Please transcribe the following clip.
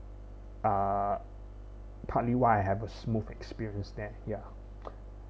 uh partly why I have a smooth experience there ya